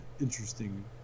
interesting